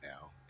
now